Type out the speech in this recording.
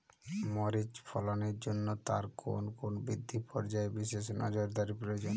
মরিচ ফলনের জন্য তার কোন কোন বৃদ্ধি পর্যায়ে বিশেষ নজরদারি প্রয়োজন?